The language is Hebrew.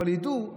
אבל ידעו.